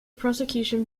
prosecution